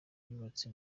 yubatse